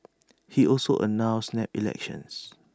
he also announced snap elections